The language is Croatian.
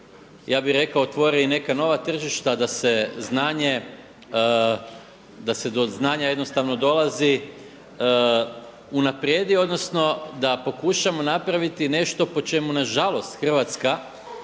ja bih rekao otvore i neke nova tržišta da se do znanja jednostavno dolazi, unaprijedi, odnosno da pokušamo napraviti nešto po čemu nažalost Hrvatska